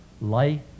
life